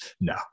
no